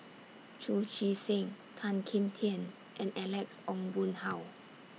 Chu Chee Seng Tan Kim Tian and Alex Ong Boon Hau